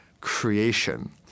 creation